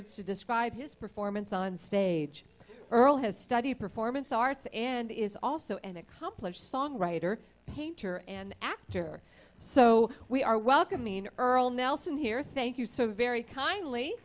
words to describe his performance on stage earl has studied performance arts and is also an accomplished songwriter painter and actor so we are welcoming earl nelson here thank you so very kindly